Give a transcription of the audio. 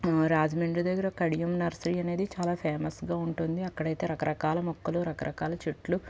రాజమండ్రి దగ్గర కడియం నర్సరీ అనేది చాలా ఫేమస్గా ఉంటుంది అక్కడైతే రకరకాల మొక్కలు రకరకాల చెట్లు